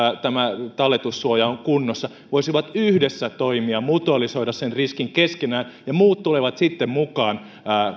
tämä talletussuoja on kunnossa voisivat yhdessä toimia mutualisoida sen riskin keskenään ja muut tulevat sitten mukaan